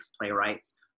playwrights